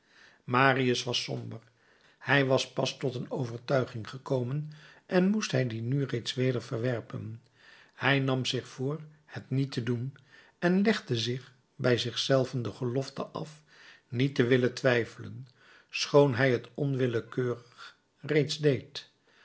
marius was somber hij was pas tot een overtuiging gekomen en moest hij die nu reeds weder verwerpen hij nam zich voor het niet te doen en legde bij zich zelven de gelofte af niet te willen twijfelen schoon hij t onwillekeurig reeds deed